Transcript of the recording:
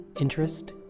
interest